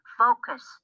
focus